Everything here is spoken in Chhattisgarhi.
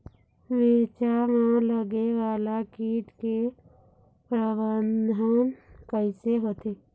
मिरचा मा लगे वाला कीट के प्रबंधन कइसे होथे?